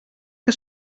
que